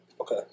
Okay